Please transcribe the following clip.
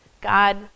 God